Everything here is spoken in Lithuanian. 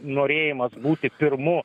norėjimas būti pirmu